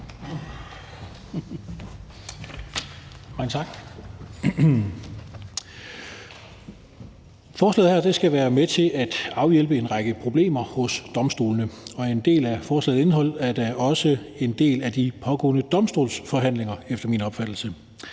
Forslaget her skal være med til at afhjælpe en række problemer hos domstolene, og en del af forslagets indhold er da også efter min opfattelse en del af de pågående domstolsforhandlinger, hvorfor vi i Liberal